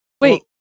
wait